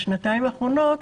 בשנתיים האחרונות,